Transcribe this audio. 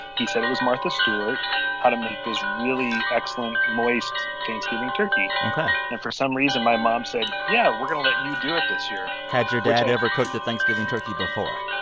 he said it was martha stewart how to make this really excellent, moist thanksgiving turkey ok and for some reason, my mom said, yeah, we're going to let you do it this year, which. had your dad ever cooked a thanksgiving turkey before?